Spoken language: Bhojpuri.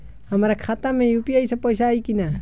हमारा खाता मे यू.पी.आई से पईसा आई कि ना?